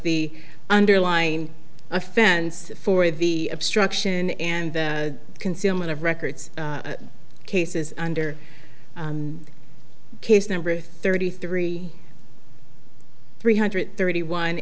the underlying offense for the obstruction and concealment of records cases under case number thirty three three hundred thirty one